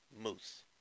Moose